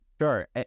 sure